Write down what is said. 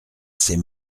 ses